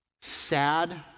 sad